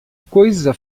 coisa